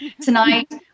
tonight